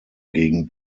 gegen